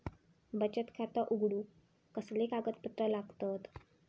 बचत खाता उघडूक कसले कागदपत्र लागतत?